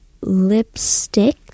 lipstick